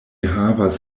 havas